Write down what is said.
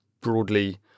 broadly